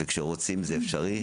וכשרוצים זה אפשרי.